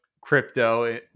crypto